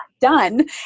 done